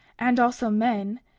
and also men,